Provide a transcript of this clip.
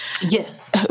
Yes